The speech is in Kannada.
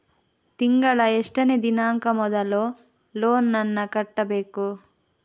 ತಿಂಗಳ ಎಷ್ಟನೇ ದಿನಾಂಕ ಮೊದಲು ಲೋನ್ ನನ್ನ ಕಟ್ಟಬೇಕು?